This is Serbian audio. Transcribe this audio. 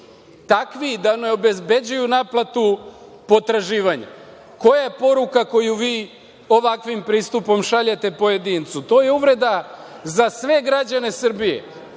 takvi da ne obezbeđuju naplatu potraživanja. Koja je poruka koju vi ovakvim pristupom šaljete pojedincu? To je uvreda za sve građane Srbije